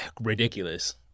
ridiculous